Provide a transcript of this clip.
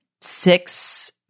six